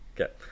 Okay